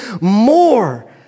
more